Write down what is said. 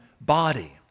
body